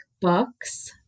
books